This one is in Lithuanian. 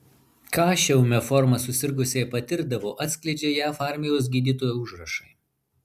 ką šia ūmia forma susirgusieji patirdavo atskleidžia jav armijos gydytojų užrašai